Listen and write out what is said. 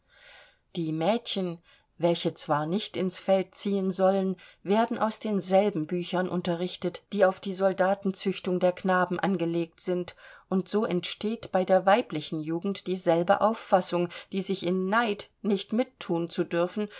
die mädchen welche zwar nicht ins feld ziehen sollen werden aus denselben büchern unterrichtet die auf die soldatenzüchtung der knaben angelegt sind und so entsteht bei der weiblichen jugend dieselbe auffassung die sich in neid nicht mitthun zu dürfen